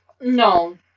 No